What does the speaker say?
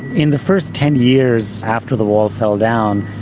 in the first ten years after the wall fell down,